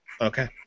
Okay